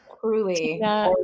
Truly